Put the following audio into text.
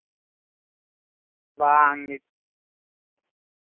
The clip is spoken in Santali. ᱵᱟᱝ ᱱᱤᱛ